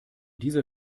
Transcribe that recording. dieser